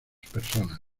personas